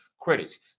Credits